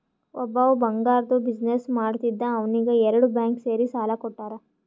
ಒಬ್ಬವ್ ಬಂಗಾರ್ದು ಬಿಸಿನ್ನೆಸ್ ಮಾಡ್ತಿದ್ದ ಅವ್ನಿಗ ಎರಡು ಬ್ಯಾಂಕ್ ಸೇರಿ ಸಾಲಾ ಕೊಟ್ಟಾರ್